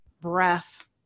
breath